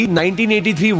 1983